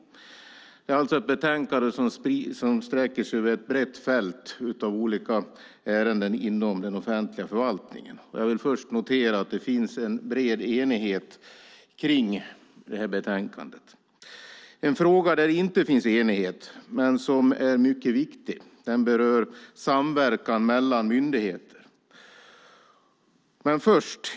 Det är alltså ett betänkande som sträcker sig över ett brett fält av olika ärenden inom den offentliga förvaltningen. Jag vill först notera att det finns en bred enighet om detta betänkande. En fråga som det inte finns enighet om men som är mycket viktig berör samverkan mellan myndigheter.